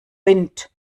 wind